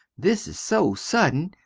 this is so suddin,